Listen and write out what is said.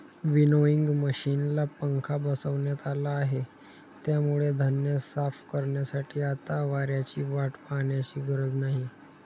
winnowing मशिनला पंखा बसवण्यात आला आहे, त्यामुळे धान्य साफ करण्यासाठी आता वाऱ्याची वाट पाहण्याची गरज नाही